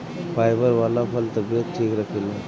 fibre वाला फल तबियत ठीक रखेला